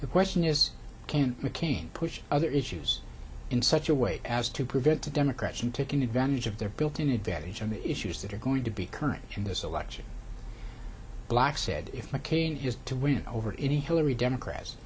the question is can mccain push other issues in such a way as to prevent the democrats in taking advantage of their built in advantage on the issues that are going to be current in this election black said if mccain is to win over any hillary democrats